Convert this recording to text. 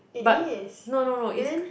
but no no no is